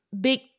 big